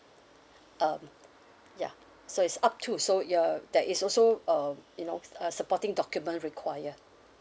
um ya so it's up to so you're there is also um you know f~ uh supporting document require